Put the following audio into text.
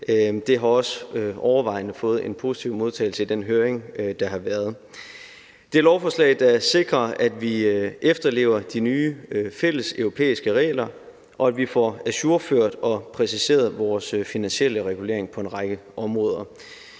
Det har også overvejende fået en positiv modtagelse i den høring, der har været. Det er et lovforslag, der sikrer, at vi efterlever de nye fælles europæiske regler, og at vi får ajourført og præciseret vores finansielle regulering på en række områder.